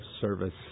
service